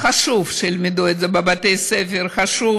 חשוב שילמדו את זה בבתי-הספר, חשוב